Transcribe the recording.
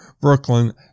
brooklyn